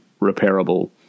repairable